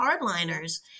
hardliners